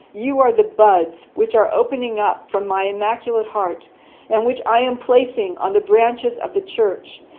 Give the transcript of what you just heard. you are the buds which are opening up from my immaculate heart and which i am placing on the branches of the church.